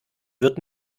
wird